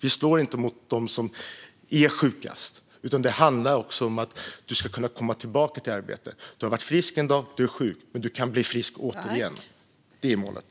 Vi slår inte mot dem som är sjukast, utan det handlar om att du ska kunna komma tillbaka till arbete. Du har varit frisk en gång, och nu är du sjuk. Du kan bli frisk igen - det är målet.